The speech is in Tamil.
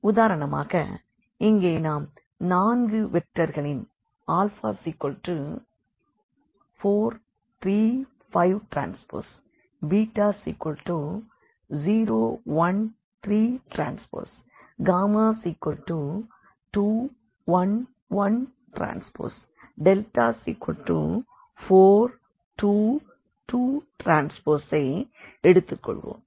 உதாரணமாக இங்கே நாம் நான்கு வெக்டர்களின் α435Tβ013Tγ211Tδ422Tஐ எடுத்துக் கொள்வோம்